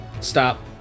Stop